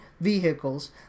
vehicles